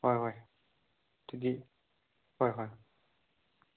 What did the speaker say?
ꯍꯣꯏ ꯍꯣꯏ ꯑꯗꯨꯗꯤ ꯍꯣꯏ ꯍꯣꯏ